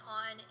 on